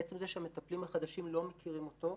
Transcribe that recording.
עצם זה שהמטפלים החדשים לא מכירים אותו,